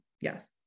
Yes